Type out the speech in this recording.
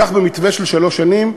כך במתווה של שלוש שנים,